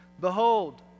Behold